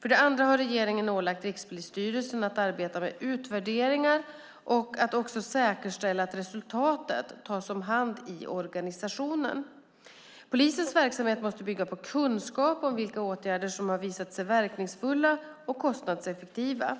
För det andra har regeringen ålagt Rikspolisstyrelsen att arbeta mer med utvärderingar och att också säkerställa att resultatet tas om hand i organisationen. Polisens verksamhet måste bygga på kunskap om vilka åtgärder som har visat sig vara verkningsfulla och kostnadseffektiva.